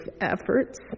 efforts